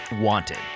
wanted